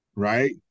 right